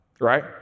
right